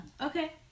Okay